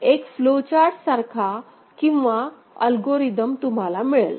तर हा एक फ्लोचार्ट सारखा किंवा अल्गोरिदम तुम्हाला मिळेल